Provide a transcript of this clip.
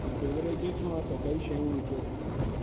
beverages मां सभई शयूं विझो